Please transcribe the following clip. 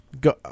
go